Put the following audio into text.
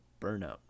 burnout